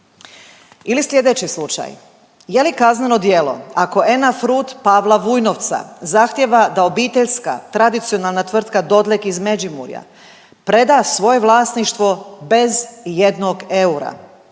Ili slijedeći slučaj. Je li kazneno djelo ako Ena Fruit Pavla Vujnovca zahtjeva da obiteljska tradicionalna Dodlek iz Međimurja preda svoje vlasništvo bez ijednog eura,